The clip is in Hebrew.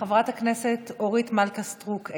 חברת הכנסת אורית מלכה סטרוק,